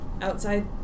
outside